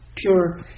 Pure